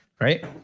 right